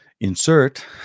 Insert